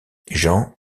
jean